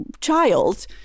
child